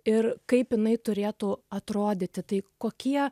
ir kaip jinai turėtų atrodyti tai kokie